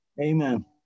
Amen